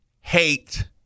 hate